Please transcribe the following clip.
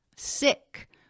sick